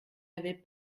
avait